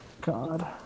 God